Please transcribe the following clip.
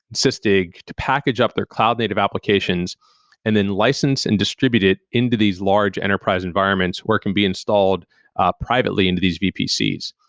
sysdig, to package up there cloud native applications and then license and distribute it into these large enterprise environments where it can be installed privately into these vpc's.